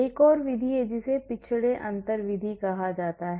एक और विधि है जिसे पिछड़े अंतर विधि कहा जाता है